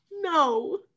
No